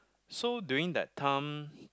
so during that time